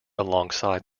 alongside